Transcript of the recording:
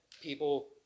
people